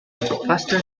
faster